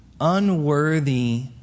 unworthy